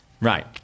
Right